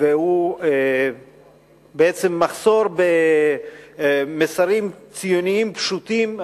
והוא בעצם מחסור במסרים ציוניים פשוטים.